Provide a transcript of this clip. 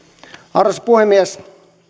arvoisa puhemies